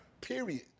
Period